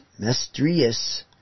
Mestrius